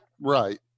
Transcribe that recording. right